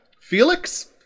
felix